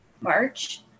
March